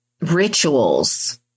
rituals